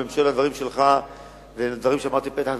בקשר לדברים שלך ולדברים שאמרתי בפתח דברי,